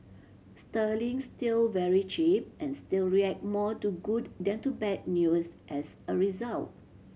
Sterling's still very cheap and still react more to good than to bad news as a result